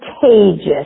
contagious